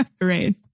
Right